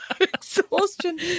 exhaustion